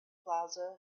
plaza